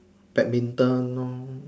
badminton lor